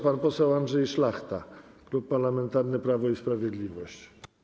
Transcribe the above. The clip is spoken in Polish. Pan poseł Andrzej Szlachta, Klub Parlamentarny Prawo i Sprawiedliwość.